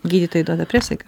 gydytojai duoda priesaiką